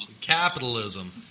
Capitalism